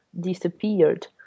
disappeared